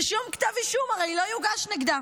ושום כתב אישום הרי לא יוגש נגדה,